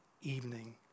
evening